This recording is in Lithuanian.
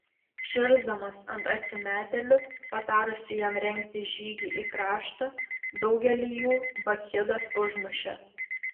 širsdamas ant atsimetėlių patarusių jam rengti žygį į kraštą daugelį jų bakchidas užmušė